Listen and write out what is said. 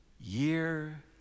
year